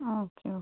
okay okay